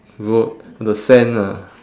road the sand ah